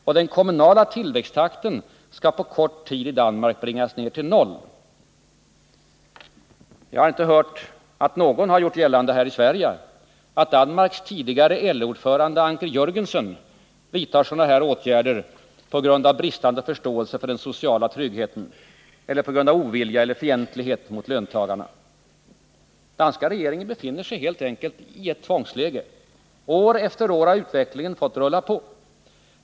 Och den kommunala tillväxttakten skall på kort tid i Danmark bringas ned till noll. Jag har inte hört att någon här i Sverige har gjort gällande att Danmarks tidigare LO-ordförande Anker Jörgensen vidtar åtgärder av det här slaget på grund av bristande förståelse för den sociala tryggheten eller på grund av ovilja eller fientlighet mot löntagarna. Den danska regeringen befinner sig helt enkelt i ett tvångsläge. År efter år har utvecklingen fått rulla på.